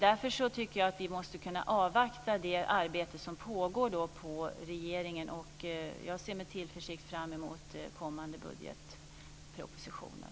Därför tycker jag att vi måste kunna avvakta det arbete som pågår i regeringen. Jag ser med tillförsikt fram emot kommande budgetpropositioner.